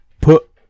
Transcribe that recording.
put